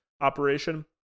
operation